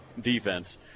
defense